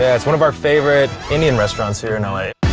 yeah it's one of our favorite indian restaurants here in l. a.